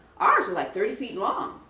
ours is like thirty feet long.